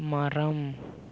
மரம்